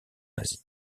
nazie